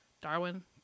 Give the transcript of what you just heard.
Darwin